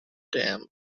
dam